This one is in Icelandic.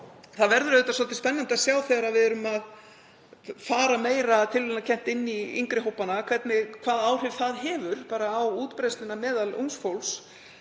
það verður auðvitað svolítið spennandi að sjá, þegar við erum að fara meira tilviljanakennt inn í yngri hópana, hvaða áhrif það hefur á útbreiðsluna meðal ungs fólks.